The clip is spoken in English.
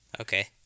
Okay